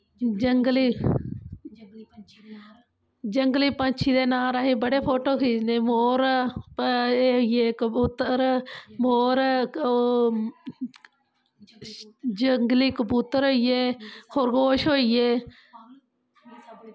जंगली पक्षी दे नाल असें बड़े फोटो खिच्चने मोर एह् होई गे कबूतर मोर ओह् जंगली कबूतर होई गे खरगोश होई गे